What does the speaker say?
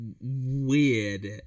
weird